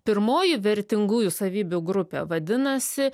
pirmoji vertingųjų savybių grupė vadinasi